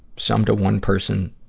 some to one person,